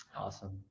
Awesome